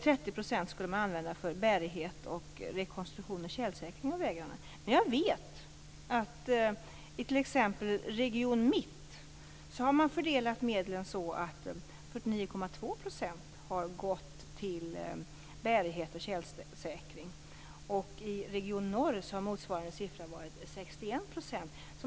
30 % skulle man använda för bärighet, rekonstruktion och tjälsäkring av vägarna. Jag vet dock att man t.ex. i Region Mitt har fördelat medlen så att 49,2 % har gått till bärighet och tjälsäkring. I Region Norr har motsvarande siffra varit 61 %.